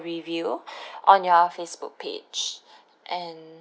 review on your Facebook page and